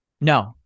No